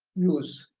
use